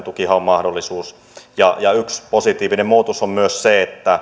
tukihaun mahdollisuus yksi positiivinen muutos on myös se että